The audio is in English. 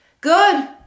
good